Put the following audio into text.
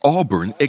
Auburn